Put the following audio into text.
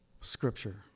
Scripture